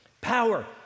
Power